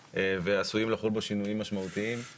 ועשויים לחול בו שינויים משמעותיים,